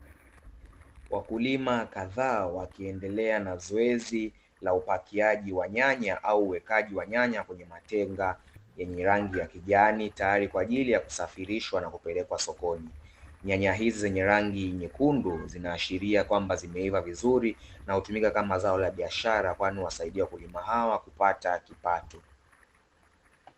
Wakulima kadhaa wakiendelea na zoezi la upakiaji wa nyanya au uwekaji wa nyanya kwenye matenga yenye rangi ya kijani, tayari kwa ajili ya kusafirishwa na kupelekwa sokoni. Nyanya hizi zenye rangi nyekundu zinaashiria kwamba zimeiva vizuri, na hutumika kama zao la biashara kwani huwasaidia wakulima hawa kupata kipato.